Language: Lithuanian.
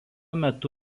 metu